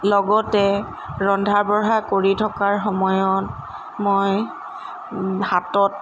লগতে ৰন্ধা বঢ়া কৰি থকাৰ সময়ত মই হাতত